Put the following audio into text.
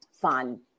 Fun